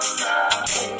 love